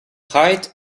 height